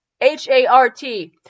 H-A-R-T